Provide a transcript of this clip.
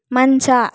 ಮಂಚ